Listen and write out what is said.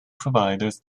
providers